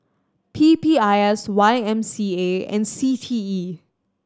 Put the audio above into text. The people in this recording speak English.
P P I S Y M C A and C T E